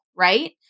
right